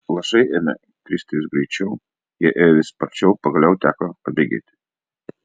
lašai ėmė kristi vis greičiau jie ėjo vis sparčiau pagaliau teko pabėgėti